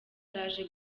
araje